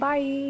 Bye